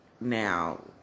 now